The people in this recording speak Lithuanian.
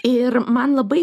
ir man labai